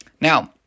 Now